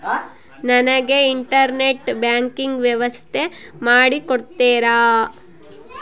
ನನಗೆ internet banking ವ್ಯವಸ್ಥೆ ಮಾಡಿ ಕೊಡ್ತೇರಾ?